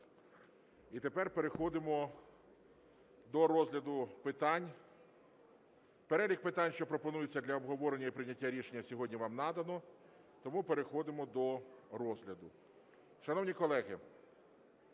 і тепер переходимо до розгляду питань. Перелік питань, що пропонуються для обговорення і прийняття рішення, сьогодні вам надано, тому переходимо до розгляду. Шановні колеги,